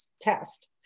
test